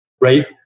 Right